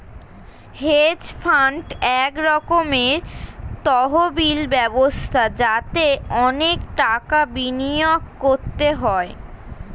hedge fund এক রকমের তহবিল ব্যবস্থা যাতে অনেক টাকা বিনিয়োগ করতে হয়